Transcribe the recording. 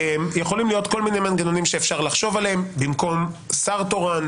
יכולים להיות כל מיני מנגנונים שאפשר לחשוב עליהם במקום שר תורן,